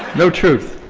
no truth.